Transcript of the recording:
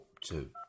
two